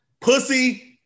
pussy